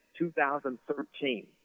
2013